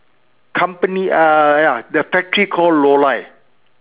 company uh ya the factory called Rollei